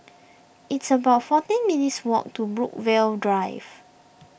it's about fourteen minutes' walk to Brookvale Drive